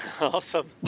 Awesome